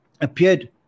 appeared